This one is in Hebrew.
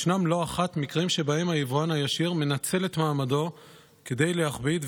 ישנם לא אחת מקרים שבהם היבואן הישיר מנצל את מעמדו כדי להכביד,